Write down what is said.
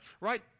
right